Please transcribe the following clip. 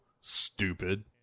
stupid